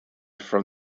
from